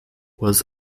was